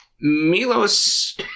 Milos